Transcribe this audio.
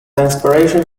inspiration